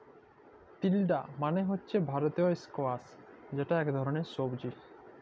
তিলডা মালে হছে ভারতীয় ইস্কয়াশ যেট ইক ধরলের সবজি